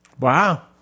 Wow